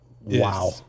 Wow